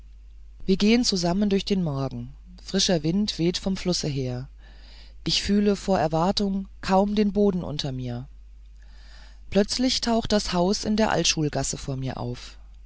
wir gehen zusammen durch den morgen frischer wind weht vom flusse her ich fühle vor erwartung kaum den boden unter mir plötzlich taucht das haus in der altschulgasse vor mir auf